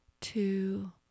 two